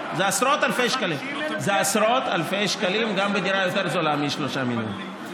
זה עשרות אלפי שקלים גם בדירה יותר זולה מ-3 מיליון.